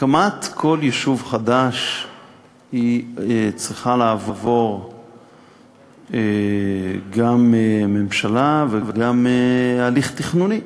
הקמתו של יישוב חדש צריכה לעבור גם ממשלה וגם הליך תכנוני,